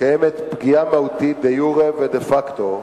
קיימת פגיעה מהותית, דה-יורה ודה-פקטו,